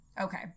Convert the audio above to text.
okay